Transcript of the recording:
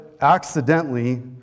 accidentally